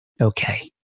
Okay